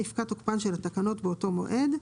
יפקע תוקפן של התקנות באותו מועד,